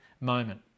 moment